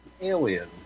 alien